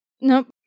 nope